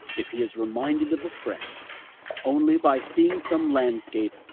if he is reminded of a friend only by seeing some landscape,